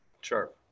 Sure